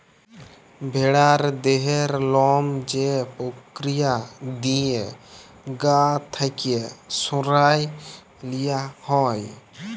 ভেড়ার দেহের লম যে পক্রিয়া দিঁয়ে গা থ্যাইকে সরাঁয় লিয়া হ্যয়